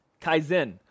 Kaizen